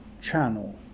channel